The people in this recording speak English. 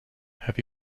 have